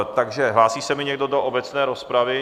Takže hlásí se mi někdo do obecné rozpravy?